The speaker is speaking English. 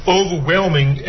overwhelming